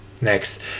Next